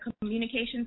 communications